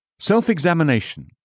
Self-examination